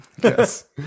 Yes